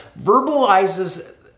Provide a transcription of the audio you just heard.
verbalizes